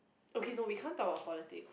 okay no we can't talk about politics